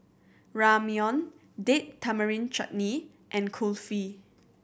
Ramyeon Date Tamarind Chutney and Kulfi